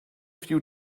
few